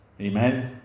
Amen